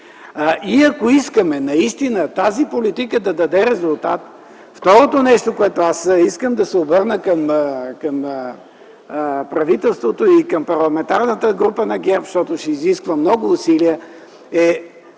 И ако искаме наистина тази политика да даде резултат, второто нещо, с което аз искам да се обърна към правителството и към Парламентарната група на ГЕРБ, защото ще изисква много усилия, и